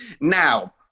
now